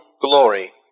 glory